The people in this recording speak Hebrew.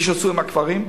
כפי שעשו עם הקברים?